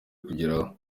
kugeraho